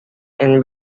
and